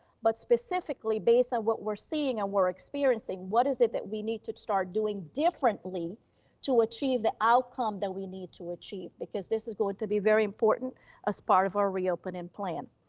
but specifically based on what we're seeing and we're experiencing, what is it that we need to start doing differently to achieve the outcome that we need to achieve? because this is going to be very important as part of our reopening plan.